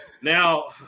Now